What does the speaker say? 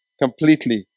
completely